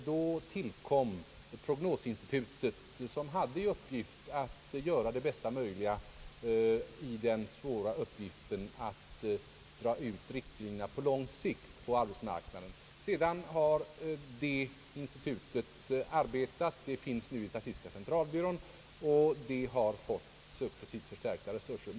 Då tillkom prognosinstitutet som hade till uppgift att göra det bästa möjliga av den svåra uppgiften att dra upp riktlinjerna för prognosen på lång sikt på arbetsmarknaden för person med lång utbildning. Sedan har detta institut arbetat — det finns nu i statistiska centralbyrån — och det har fått successivt förstärkta resurser.